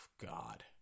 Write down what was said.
God